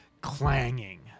clanging